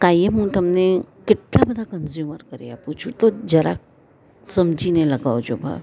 કાયમ હું તમને કેટલાં બધાં કન્ઝ્યુમર કરી આપું છું તો જરાક સમજીને લગાવજો ભાવ